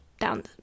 down